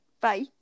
bye